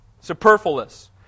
Superfluous